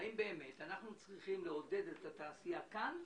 האם באמת אנחנו צריכים לעודד את התעשייה כאן,